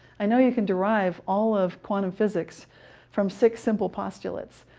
i know you can derive all of quantum physics from six simple postulates,